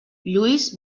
lluís